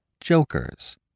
jokers